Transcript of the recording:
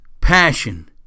passion